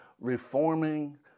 reforming